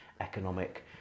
economic